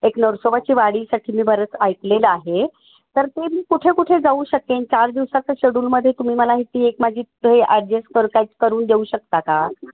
एक नरसोबाची वाडीसाठी मी बरंच ऐकलेलं आहे तर ते मी कुठे कुठे जाऊ शकेन चार दिवसाचं शेडूलमध्ये तुम्ही मला ही ती एक माझी ते ॲडजेस करत आहे करून देऊ शकता का